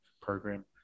program